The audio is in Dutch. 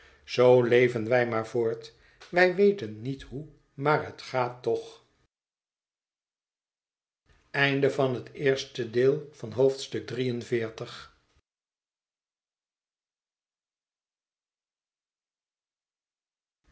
zoo leven wij maar voort wij weten niet hoe maar het gaat toch